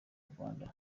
rwanda